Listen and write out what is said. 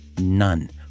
None